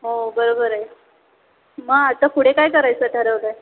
हो बरोबर आहे मग आता पुढे काय करायचं ठरवलं आहे